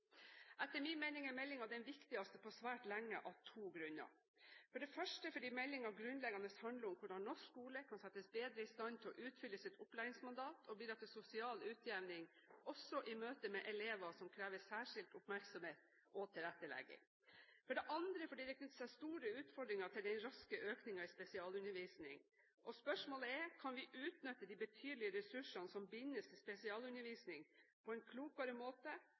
Etter min mening er meldingen den viktigste på svært lenge, av to grunner: For det første fordi meldingen grunnleggende handler om hvordan norsk skole kan settes bedre i stand til å utfylle sitt opplæringsmandat og bidra til sosial utjevning, også i møte med elever som krever særskilt oppmerksomhet og tilrettelegging. For det andre fordi det knytter seg store utfordringer til den raske økningen i spesialundervisning. Spørsmålet er: Kan vi utnytte de betydelige ressursene som bindes til spesialundervisning, på en klokere måte